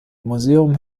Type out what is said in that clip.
museum